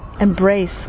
embrace